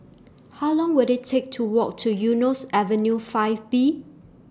How Long Will IT Take to Walk to Eunos Avenue five B